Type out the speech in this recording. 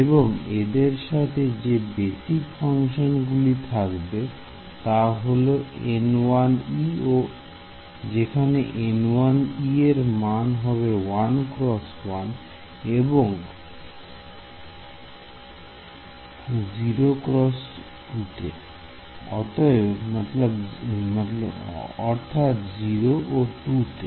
এবং এদের সাথে যে বেসিক ফাংশন গুলি থাকবে তা হল যেখানে এর মান হবে 1 x1 এ এবং 0 x2 তে